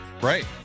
Right